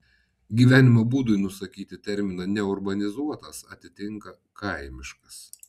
gyvenimo būdui nusakyti terminą neurbanizuotas atitinka kaimiškas